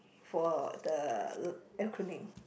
for the acronym